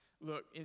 Look